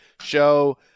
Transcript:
show